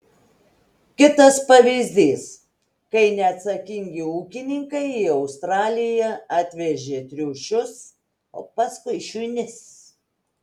kitas pavyzdys kai neatsakingi ūkininkai į australiją atvežė triušius paskui šunis